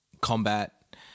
combat